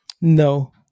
No